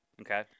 okay